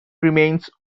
remains